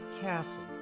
Castle